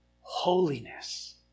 holiness